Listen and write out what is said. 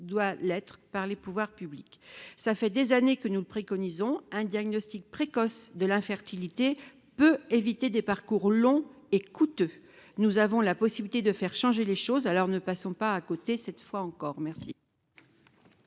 doit l'être par les pouvoirs publics, ça fait des années que nous le préconisons un diagnostic précoce de l'infertilité peut éviter des parcours long et coûteux, nous avons la possibilité de faire changer les choses à heure ne passons pas à côté, cette fois encore, merci.